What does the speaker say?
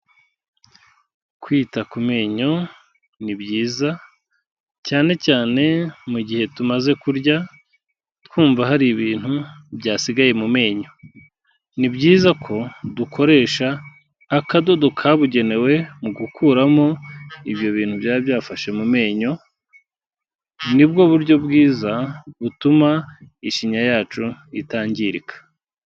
Kwita ku menyo ni byiza, cyane cyane mu gihe tumaze kurya, twumva hari ibintu byasigaye mu menyo. Ni byiza ko dukoresha akadodo kabugenewe mu gukuramo ibyo bintu biba byafashe mu menyo. Ni bwo buryo bwiza butuma ishinya yacu itangirika.